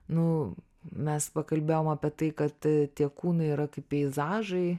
nu mes pakalbėjom apie tai kad tie kūnai yra kaip peizažai